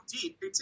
deep